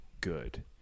Good